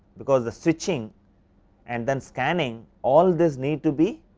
because the switching and then scanning all this need to be